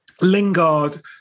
Lingard